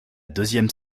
deuxième